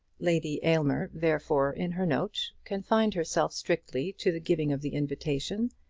lady aylmer, therefore, in her note, confined herself strictly to the giving of the invitation,